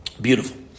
Beautiful